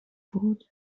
بود